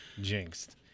jinxed